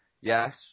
yes